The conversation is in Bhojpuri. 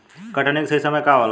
कटनी के सही समय का होला?